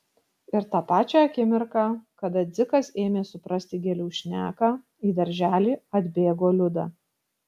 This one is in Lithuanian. ir tą pačią akimirką kada dzikas ėmė suprasti gėlių šneką į darželį atbėgo liuda